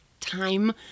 time